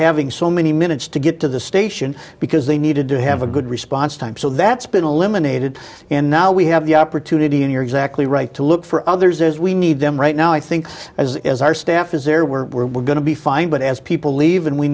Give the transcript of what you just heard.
having so many minutes to get to the station because they needed to have a good response time so that's been eliminated and now we have the opportunity and you're exactly right to look for others as we need them right now i think as as our staff is there were we're going to be fine but as people leave and we